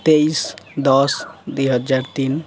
ତେଇଶି ଦଶ ଦୁଇହଜାର ତିନି